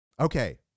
Okay